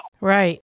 Right